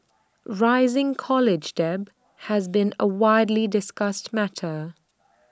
rising college debt has been A widely discussed matter